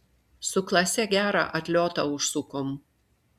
su klase gerą atliotą užsukom